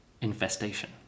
infestation